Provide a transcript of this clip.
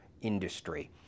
industry